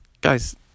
guys